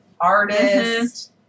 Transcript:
artist